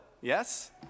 yes